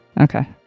Okay